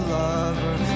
lover